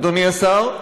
אדוני השר,